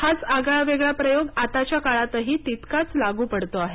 हाच आगळा वेगळा प्रयोग आताच्या काळातही तितकाच लागू पडतो आहे